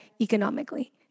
economically